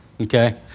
okay